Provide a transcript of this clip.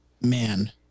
Man